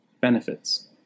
benefits